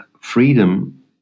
Freedom